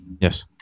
Yes